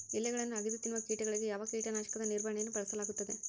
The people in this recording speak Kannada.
ಎಲೆಗಳನ್ನು ಅಗಿದು ತಿನ್ನುವ ಕೇಟಗಳಿಗೆ ಯಾವ ಕೇಟನಾಶಕದ ನಿರ್ವಹಣೆಯನ್ನು ಬಳಸಲಾಗುತ್ತದೆ?